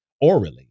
orally